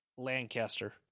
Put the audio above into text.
Lancaster